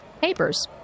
papers